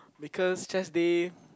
because chest day